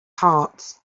heart